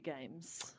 Games